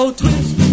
twist